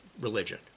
religion